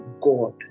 God